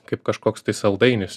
kaip kažkoks tai saldainis